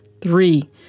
Three